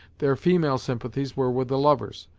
their female sympathies were with the lovers,